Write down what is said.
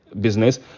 business